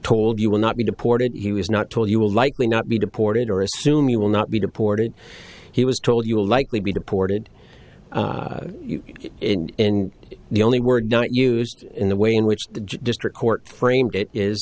told you will not be deported he was not told you will likely not be deported or assume you will not be deported he was told you will likely be deported in the only word not used in the way in which the district court framed it is